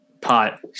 pot